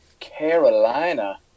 Carolina